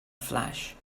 flash